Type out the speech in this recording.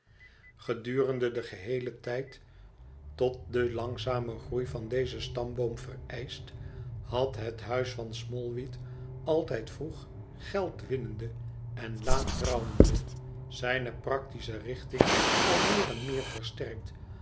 gedurende den geheelen tijd tot den langzamen groei van dezen stamboom vereischt had het huis van smallweed altijd vroeg geldwinnende en laat trouwende zijne practische richting al meer en meer versterkt